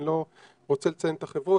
אני לא רוצה לציין את החברות,